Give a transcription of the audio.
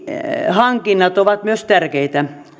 hankinnat ovat tärkeitä